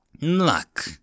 Luck